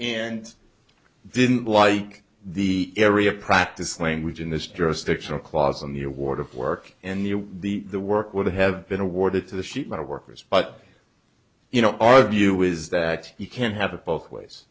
and didn't like the area practice language in this jurisdictional clause on the award of work and the the work would have been awarded to the sheet metal workers but you know our view is that you can't have it both ways